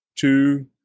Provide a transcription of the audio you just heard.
two